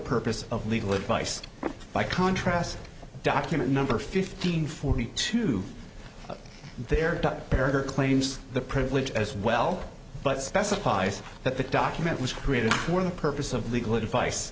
purpose of legal advice by contrast document number fifteen forty two there dr berger claims the privilege as well but specifies that the document was created for the purpose of legal advice